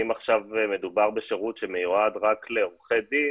אם עכשיו מדובר בשירות שמיועד רק לעורכי דין